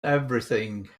everything